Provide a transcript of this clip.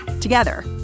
Together